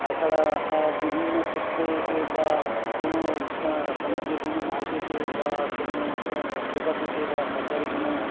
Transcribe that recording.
তাছাড়া বিভিন্ন ক্ষেত্রে বা কোনো সমাজে কোনো মার্কেটে বা কোনো প্রোপার্টিতে বা সরকারি কোনো